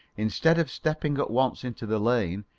instead of stepping at once into the lane,